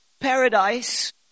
paradise